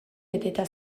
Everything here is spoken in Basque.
beteta